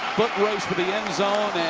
footrace for the end zone.